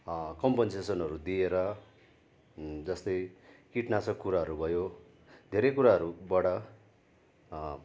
कम्पनसेसनहरू दिएर जस्तै कीटनाशक कुराहरू भयो धेरै कुराहरूबाट